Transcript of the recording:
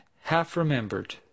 half-remembered